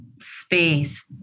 space